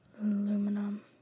Aluminum